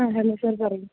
ആ hello sir പറയൂ